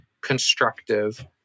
constructive